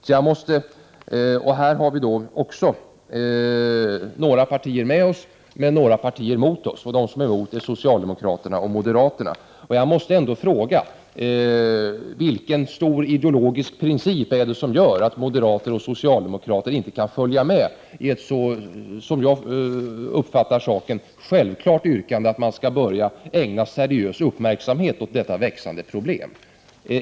Några partier delar vår uppfattning, men några gör det inte. De som inte delar vår uppfattning är socialdemokraterna och moderaterna. Jag måste ställa en fråga. Vilken stor ideologisk princip är det som gör att moderater och socialdemokrater inte kan ansluta sig till ett, enligt min uppfattning, självklart yrkande om att man skall börja ägna seriös uppmärksamhet åt detta växande problem?